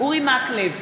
אורי מקלב,